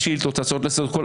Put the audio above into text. הצעות לסדר,